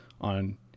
on